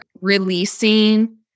releasing